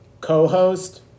co-host